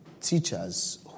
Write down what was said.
teachers